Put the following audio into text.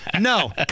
No